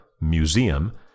Museum